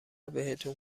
بهتون